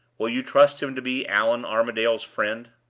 will you trust him to be allan armadale's friend?